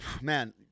man